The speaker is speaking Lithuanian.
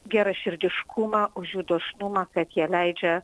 geraširdiškumą už jų dosnumą kad jie leidžia